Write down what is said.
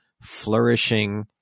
flourishing